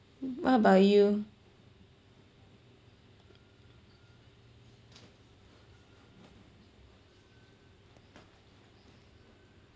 what about you